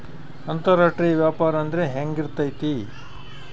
ಅಂತರಾಷ್ಟ್ರೇಯ ವ್ಯಾಪಾರ ಅಂದ್ರೆ ಹೆಂಗಿರ್ತೈತಿ?